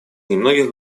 немногих